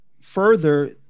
further